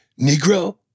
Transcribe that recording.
Negro